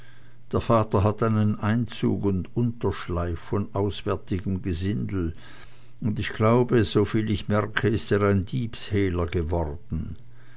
der vater hat einen einzug und unterschleif von auswärtigem gesindel und ich glaube soviel ich merke ist er ein diebshehler geworden